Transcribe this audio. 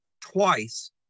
twice